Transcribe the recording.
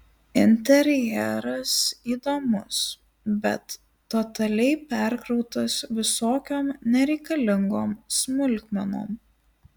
interjeras įdomus bet totaliai perkrautas visokiom nereikalingom smulkmenom